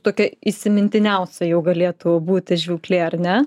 tokia įsimintiniausia jau galėtų būti žūklė ar ne